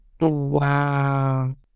Wow